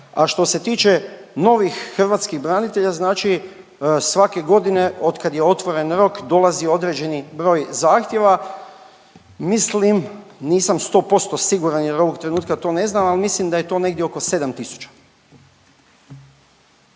a što se tiče novih hrvatskih branitelja, znači svake godine od kad je otvoren rok, dolazi određeni broj zahtjeva. Mislim, nisam 100% siguran jer ovog trenutku ta ne znam, ali mislim da je to negdje oko 7